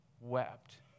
wept